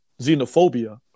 xenophobia